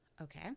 okay